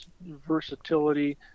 versatility